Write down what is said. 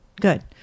good